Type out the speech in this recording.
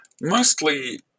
Mostly